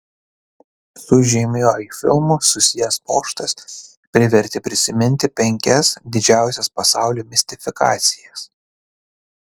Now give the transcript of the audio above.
su žymiuoju filmu susijęs pokštas privertė prisiminti penkias didžiausias pasaulio mistifikacijas